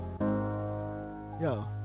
Yo